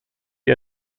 die